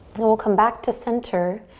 then we'll come back to center.